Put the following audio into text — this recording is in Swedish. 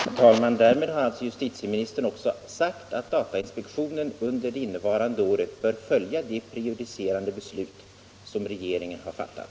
Herr talman! Därmed har justitieministern också sagt att datainspektionen under innevarande år bör följa det prejudicerande beslut som regeringen har fattat.